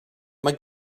mae